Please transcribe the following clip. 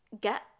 get